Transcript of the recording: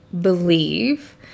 believe